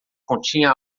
continha